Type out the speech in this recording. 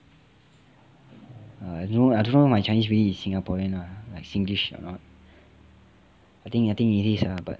err I don't know I don't know my chinese really is singaporean lah like singlish or not I think I think it is lah but